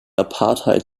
apartheid